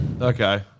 Okay